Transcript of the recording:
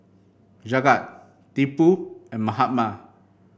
Jagat Tipu and Mahatma